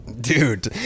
Dude